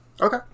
Okay